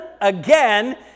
again